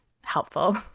helpful